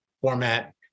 format